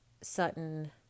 Sutton